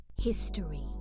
history